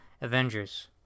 Avengers